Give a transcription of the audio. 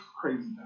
Crazy